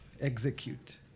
execute